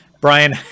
Brian